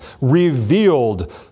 revealed